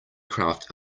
craft